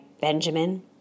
Benjamin